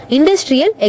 Industrial